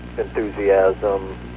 enthusiasm